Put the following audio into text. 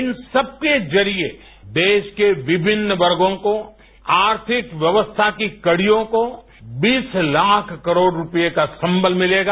इन सबके जरिए देश के विभिन्न वर्गों को आर्थिक व्यवस्था की कड़ियों को बीस लाख करोड रुपये का संबल मिलेगा